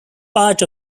part